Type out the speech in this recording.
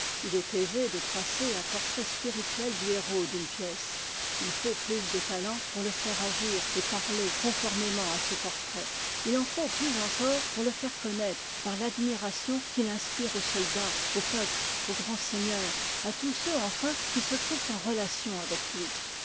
il est aisé de tracer un portrait spirituel du héros d'une pièce il faut plus de talent pour le faire agir et parler conformément à ce portrait il en faut plus encore pour le faire connaître par l'admiration qu'il inspire aux soldats au peuple aux grands seigneurs à tous ceux enfin qui se trouvent en relation avec lui